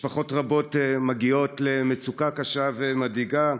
משפחות רבות מגיעות למצוקה קשה ומדאיגה,